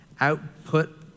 Output